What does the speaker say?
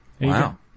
Wow